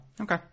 Okay